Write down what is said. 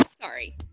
Sorry